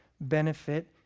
benefit